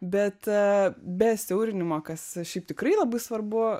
bet be siaurinimo kas šiaip tikrai labai svarbu